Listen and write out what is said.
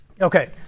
Okay